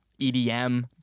EDM